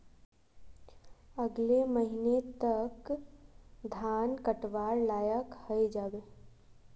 अगले महीने तक धान कटवार लायक हई जा बे